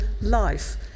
life